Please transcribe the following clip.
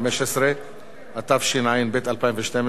התשע"ב 2012, קריאה שנייה ושלישית.